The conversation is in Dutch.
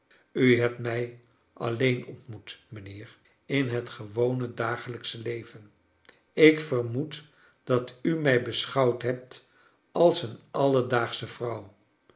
u hebt mij alleen ontmoet mijnheer in het gewone da gelijksche leven ik vermoed dat u mij beschouwd hebt als een alledaagsche